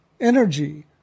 energy